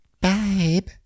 babe